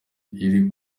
iri